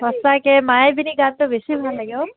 সঁচাকৈ মায়াবিনি গানটো বেছি ভাল লাগে ও